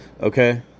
Okay